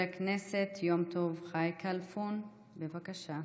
חבר הכנסת יום טוב חי כַּלְפוֹן, בבקשה.